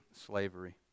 slavery